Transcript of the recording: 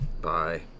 Bye